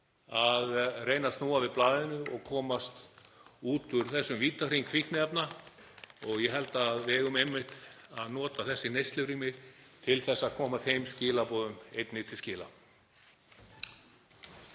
að reyna að snúa blaðinu við og komast út úr vítahring fíkniefna. Ég held að við eigum einmitt að nota þessi neyslurými til að koma þeim skilaboðum einnig til skila.